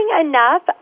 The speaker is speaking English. enough